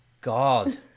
God